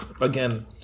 again